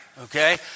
okay